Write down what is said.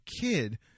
kid